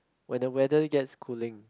when the weather gets cooling